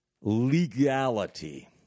legality